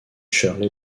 shirley